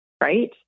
Right